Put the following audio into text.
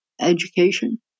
education